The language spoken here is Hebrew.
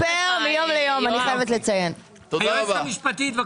היועצת המשפטית.